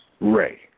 Ray